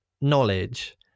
knowledge